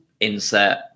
insert